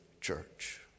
church